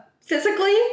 physically